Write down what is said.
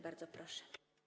Bardzo proszę.